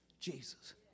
Jesus